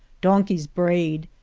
donkeys brayed,